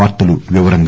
వార్తల వివరాలు